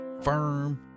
firm